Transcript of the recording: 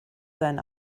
sein